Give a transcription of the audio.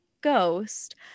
ghost